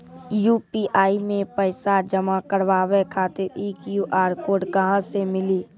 UPI मे पैसा जमा कारवावे खातिर ई क्यू.आर कोड कहां से मिली?